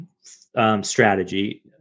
strategy